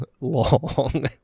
long